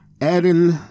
adding